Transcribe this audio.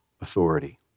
authority